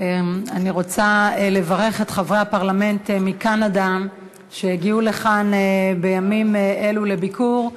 אני רוצה לברך את חברי הפרלמנט מקנדה שהגיעו לכאן בימים אלה לביקור.